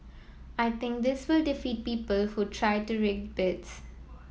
I think this will defeat people who try to rig bids